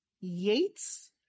Yates